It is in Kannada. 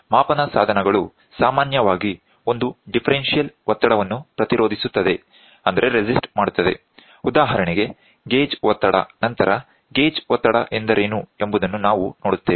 ಮಾಪನ ಸಾಧನಗಳು ಸಾಮಾನ್ಯವಾಗಿ ಒಂದು ಡಿಫರೆನ್ಷಿಯಲ್ ಒತ್ತಡವನ್ನು ಪ್ರತಿರೋಧಿಸುತ್ತದೆ ಉದಾಹರಣೆಗೆ ಗೇಜ್ ಒತ್ತಡ ನಂತರ ಗೇಜ್ ಒತ್ತಡ ಎಂದರೇನು ಎಂಬುದನ್ನು ನಾವು ನೋಡುತ್ತೇವೆ